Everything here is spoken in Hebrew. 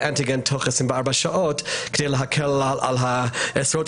לאנטיגן תוך 24 שעות כדי להקל על עשרות